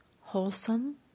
wholesome